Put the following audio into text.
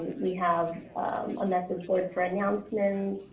we have a message board for announcements.